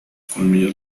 colmillos